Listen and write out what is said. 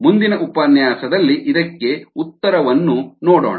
ಮುಂದಿನ ಉಪನ್ಯಾಸದಲ್ಲಿ ಇದಕ್ಕೆ ಉತ್ತರವನ್ನು ನೋಡೋಣ